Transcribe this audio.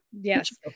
yes